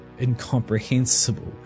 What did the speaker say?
incomprehensible